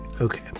Okay